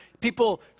People